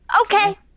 Okay